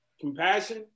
Compassion